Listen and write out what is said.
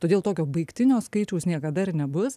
todėl tokio baigtinio skaičiaus niekada ir nebus